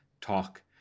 talk